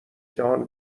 جهان